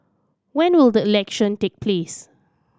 when will the election take place